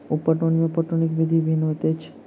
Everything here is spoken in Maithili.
उप पटौनी मे पटौनीक विधि भिन्न होइत अछि